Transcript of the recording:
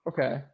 Okay